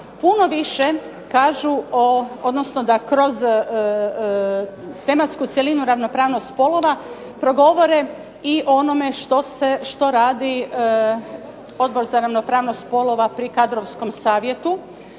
puno više kažu, odnosno da kroz tematsku cjelinu ravnopravnost spolova progovore i o onome što radi Odbor za ravnopravnost spolova pri Kadrovskom savjetu